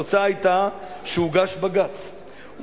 התוצאה היתה שהוגש בג"ץ,